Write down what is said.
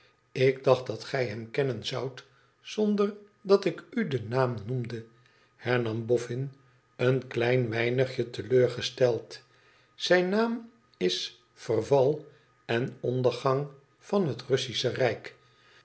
ik dacht dat gij hem kennen zoudt zonder dat ik u den naam noemde hernam boffin een klein weinigje teleur gesteld zijn naam is verval en ondergang van het russische rijk